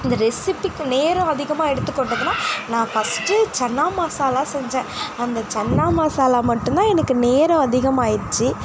இந்த ரெசிப்பிக்கு நேரம் அதிகமாக எடுத்து கொண்டதுனா நான் ஃபர்ஸ்ட் சன்னா மசாலா செஞ்சேன் அந்த சன்னா மசாலா மட்டும்தான் எனக்கு நேரம் அதிகமாயிடுச்சு